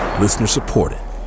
Listener-supported